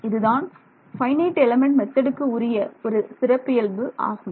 இது தான் FEM க்கு உரிய ஒரு சிறப்பியல்பு ஆகும்